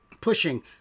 pushing